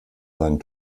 seinen